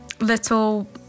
little